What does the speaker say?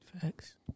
Facts